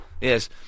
Yes